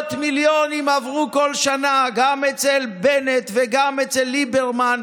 ומאות מיליונים עברו כל שנה גם אצל בנט וגם אצל ליברמן,